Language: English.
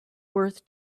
worth